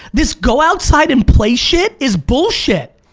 this go outside and play shit is bullshit,